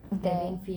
there